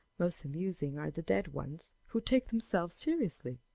most amusing are the dead ones who take themselves seriously,